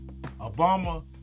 Obama